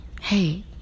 hey